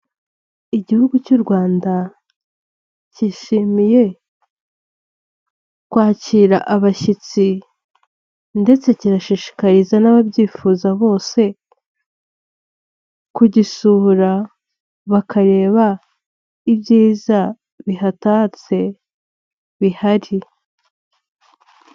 Igihugu cy'u Rwanda cyishimiye kwakira abashyitsi ndetse kinashishikariza n'ababyifuza bose kugisura bakareba ibyiza bihatatse bihari.